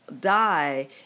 die